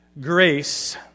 grace